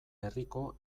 herriko